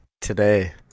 today